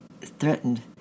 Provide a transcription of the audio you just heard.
threatened